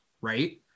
right